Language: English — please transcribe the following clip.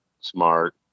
smart